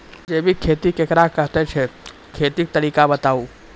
जैबिक खेती केकरा कहैत छै, खेतीक तरीका बताऊ?